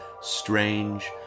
strange